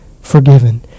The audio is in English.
forgiven